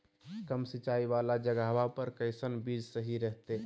कम सिंचाई वाला जगहवा पर कैसन बीज सही रहते?